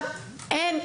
אין.